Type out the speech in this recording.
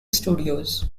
studios